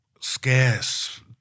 scarce